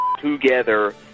together